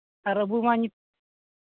ᱟᱨ ᱟᱵᱚ ᱢᱟ